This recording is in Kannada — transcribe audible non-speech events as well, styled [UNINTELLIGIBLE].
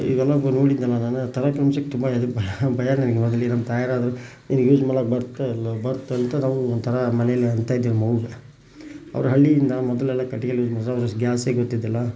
ಈಗ ಅದನ್ನು ನೋಡಿದೆನಲ್ಲ ನಾನು ತರೋಕೆ [UNINTELLIGIBLE] ಭಯ ನನಗೆ ಭಯ ಭಯ ನನಗೆ ಮೊದಲೇ ನಮ್ಮ ತಾಯಾರವ್ರು ನಿನ್ಗೆ ಯೂಸ್ ಮಾಡೋಕೆ ಬರುತ್ತೋ ಇಲ್ಲವೋ ಬರ್ತಂತ ನಾವು ಒಂಥರ ಮನೆಯಲ್ಲಿ ಅಂತ ಇದ್ವಿ ನಮ್ಮ ಅವ್ವಗಾ ಅವ್ರು ಹಳ್ಳಿಯಿಂದ ಮೊದಲೆಲ್ಲ ಕಟ್ಟಿಗೆ ಯೂಸ್ ಮಾಡ್ದವ್ರು ಗ್ಯಾಸೇ ಗೊತ್ತಿದ್ದಿಲ್ಲ